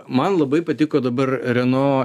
man labai patiko dabar renault